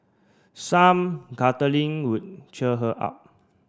some cuddling would cheer her up